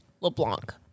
LeBlanc